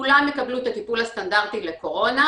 כולם יקבלו את הטיפול הסטנדרטי לקורונה,